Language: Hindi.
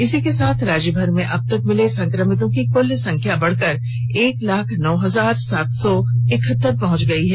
इसी के साथ राज्यभर में अब तक मिले संक्रमितों की कुल संख्या बढ़कर एक लाख नौ हजार सात सौ इकहतर पहुंच गई है